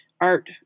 art